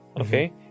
okay